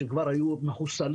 שכבר היו מחוסלים,